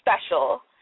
special